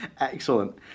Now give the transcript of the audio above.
Excellent